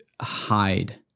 hide